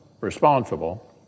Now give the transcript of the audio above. responsible